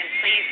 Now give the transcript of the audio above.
please